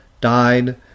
died